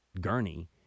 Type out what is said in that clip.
gurney